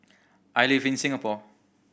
I live in Singapore